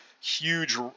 huge